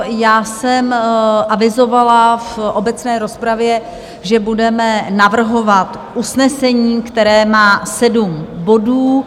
Já jsem avizovala v obecné rozpravě, že budeme navrhovat usnesení, které má sedm bodů.